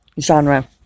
genre